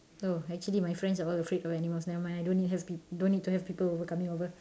oh actually my friends are all afraid of animals never mind I don't need don't need to have people over coming over